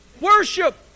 Worship